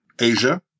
Asia